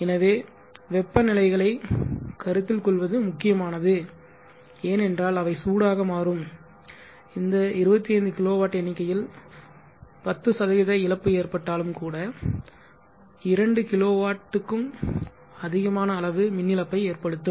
எனவே வெப்ப நிலைகளை கருத்தில் கொள்வது முக்கியமானது ஏனென்றால் அவை சூடாக மாறும்இந்த 25 கிலோவாட் எண்ணிக்கையில் 10 இழப்பு ஏற்பட்டாலும் கூட 2 kW அளவு மின் இழப்பை ஏற்படுத்தும்